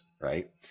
right